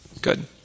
Good